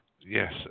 yes